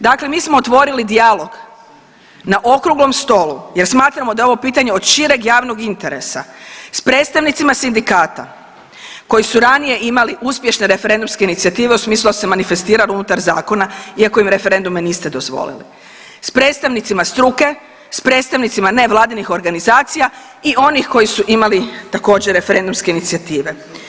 Dakle, mi smo otvorili dijalog na okruglom stolu jer smatramo da je ovo pitanje od šireg javnog interesa s predstavnicima sindikata koji su ranije imali uspješne referendumske inicijative u smislu da su se manifestirali unutar zakona iako im referenduma niste dozvolili, s predstavnicima struke, s predstavnicima nevladinih organizacija i onih koji su imali također referendumske inicijative.